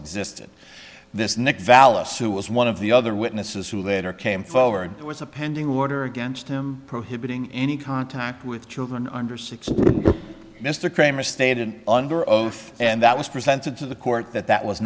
existed this nick valis who was one of the other witnesses who later came forward was a pending order against him prohibiting any contact with children under six mr kramer stated under oath and that was presented to the court that that was